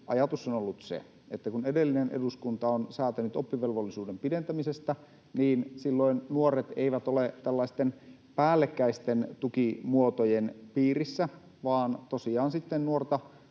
ajatus on ollut se, että kun edellinen eduskunta on säätänyt oppivelvollisuuden pidentämisestä, niin silloin nuoret eivät olisi tällaisten päällekkäisten tukimuotojen piirissä, vaan tosiaan sitten